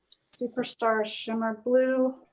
superstar shimmer blue,